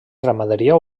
ramaderia